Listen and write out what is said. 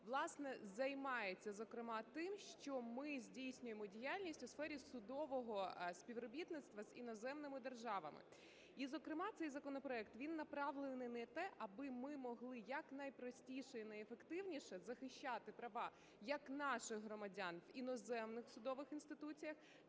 власне, займається зокрема тим, що ми здійснюємо діяльність у сфері судового співробітництва з іноземними державами. І, зокрема, цей законопроект, він направлений на те, аби ми могли якнайпростіше і найефективніше захищати права як наших громадян в іноземних судових інституціях,